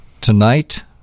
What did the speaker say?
tonight